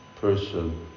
person